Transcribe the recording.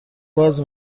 باز